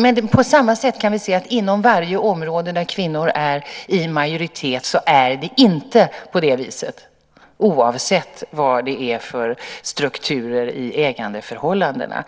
Men på samma gång kan vi se att inom varje område där kvinnor är i majoritet är det inte på det viset, oavsett vad det är för strukturer i ägandeförhållandena.